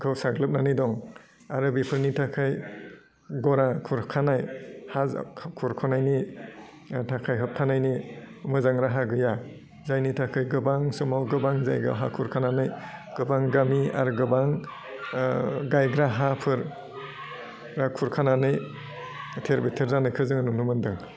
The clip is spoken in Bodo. खौ साग्लोबनानै दं आरो बेफोरनि थाखाय गरा खुरखानाय हा खुरखानायनि थाखाय होबथानायनि मोजां राहा गैया जायनि थाखाय गोबां समाव गोबां जायगायाव हा खुरखानानै गोबां गामि आरो गोबां गायग्रा हाफोर खुरखानानै थेर बेथेर जानायखौ जोङो नुनो मोनदों